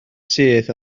syth